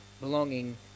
belonging